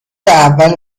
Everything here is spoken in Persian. اول